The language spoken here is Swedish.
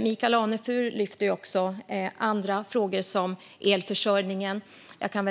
Michael Anefur lyfter också fram andra frågor, som elförsörjningen. Jag kan